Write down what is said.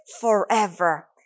forever